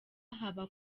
haba